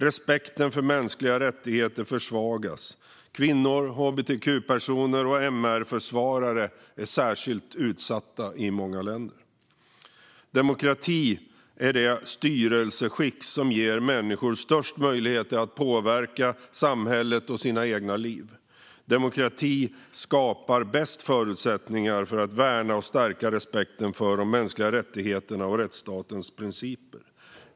Respekten för mänskliga rättigheter försvagas. Kvinnor, hbtq-personer och MR-försvarare är särskilt utsatta i många länder. Demokrati är det styrelseskick som ger människor störst möjligheter att påverka samhället och sina egna liv. Demokrati skapar bäst förutsättningar för att värna och stärka respekten för de mänskliga rättigheterna och rättsstatens principer.